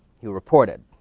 he reported.